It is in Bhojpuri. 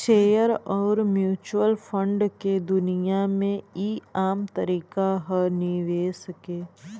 शेअर अउर म्यूचुअल फंड के दुनिया मे ई आम तरीका ह निवेश के